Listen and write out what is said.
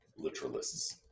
literalists